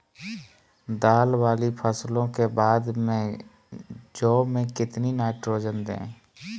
दाल वाली फसलों के बाद में जौ में कितनी नाइट्रोजन दें?